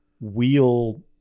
wheel